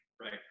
right